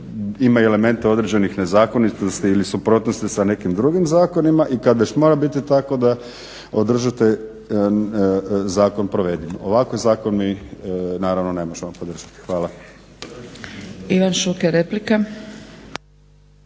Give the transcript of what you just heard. ima elemente određenih nezakonitosti ili suprotnosti sa nekim drugim zakonima i kada već mora biti tako da održite zakon provediv. Ovakve zakone naravno ne možemo podržati. Hvala.